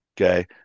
Okay